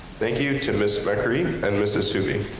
thank you to mrs. mccree and mrs. sooby.